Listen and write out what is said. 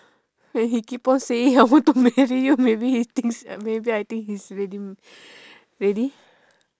when he keep on saying I want to marry you maybe he thinks that way maybe I think he's ready ready